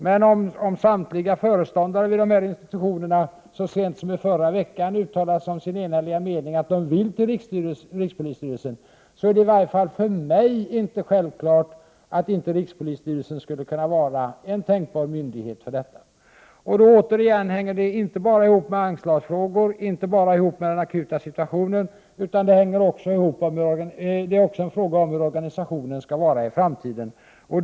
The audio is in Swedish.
Men om samtliga föreståndare för de ifrågavarande institutionerna så sent som i förra veckan uttalade som sin enhälliga mening att de vill att institutionerna skall inordnas under rikspolisstyrelsen, så är det i varje fall för mig inte självklart att inte rikspolisstyrelsen skulle vara en tänkbar myndighet. Det hänger återigen ihop inte bara med anslagsfrågor, inte bara med den akuta situationen, utan det är också fråga om hurdan organisationen skall vara i framtiden.